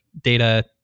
data